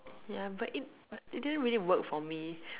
yeah but it but it didn't really work for me